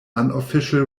unofficial